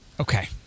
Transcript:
Okay